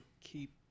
keep